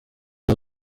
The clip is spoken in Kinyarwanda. bya